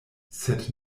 sed